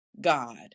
God